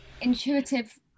intuitive